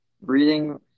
reading